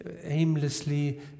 aimlessly